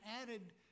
added